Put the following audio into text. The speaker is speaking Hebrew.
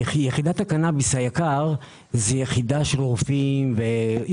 יחידת הקנאביס היקר זה יחידה ענקית.